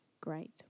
great